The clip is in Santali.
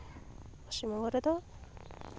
ᱯᱚᱪᱷᱤᱢ ᱵᱚᱝᱜᱚ ᱨᱮᱫᱚ